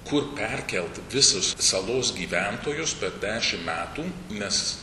kur perkelt visus salos gyventojus per dešim metų nes